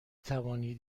توانید